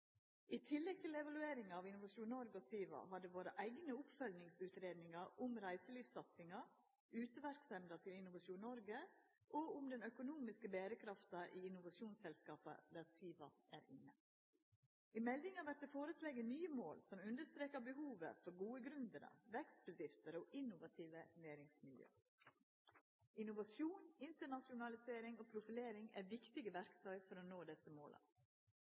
I tillegg til evalueringa av Innovasjon Norge og SIVA har det vore eigne oppfølgingsutgreiingar om reiselivssatsinga, om uteverksemda til Innovasjon Norge og om den økonomiske berekrafta i innovasjonsselskapa der SIVA er inne. I meldinga vert det føreslege nye mål som understrekar behovet for gode gründerar, vekstbedrifter og innovative næringsmiljø. Innovasjon, internasjonalisering og profilering er viktige verktøy for å nå desse måla.